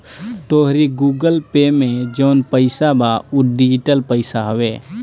तोहरी Google Pay में जवन पईसा बा उ डिजिटल पईसा हवे